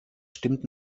stimmt